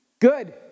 Good